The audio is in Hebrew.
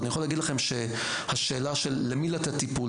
אני יכול להגיד לכם שהשאלה של למי לתת טיפול